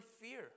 fear